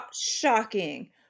Shocking